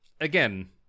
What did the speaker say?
Again